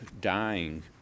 dying